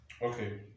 Okay